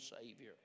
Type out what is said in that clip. savior